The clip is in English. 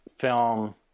film